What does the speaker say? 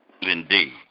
Indeed